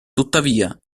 tuttavia